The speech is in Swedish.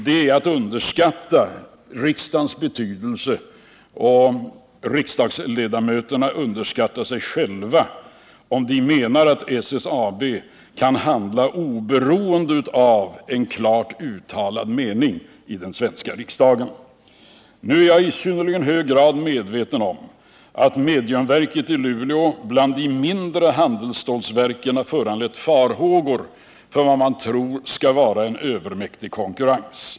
Det är att underskatta riksdagens betydelse — och riksdagsledamöterna underskattar också sig själva — om de menar att SSAB kan handla oberoende av en klart uttalad mening i den svenska riksdagen. Nu är jag i synnerligen hög grad medveten om att mediumverket i Luleå bland de mindre handelsstålverken har föranlett farhågor för vad man tror skall vara en övermäktig konkurrens.